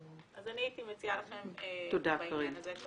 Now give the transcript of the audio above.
אז אני מציעה לכם בעניין הזה.